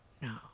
No